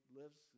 lives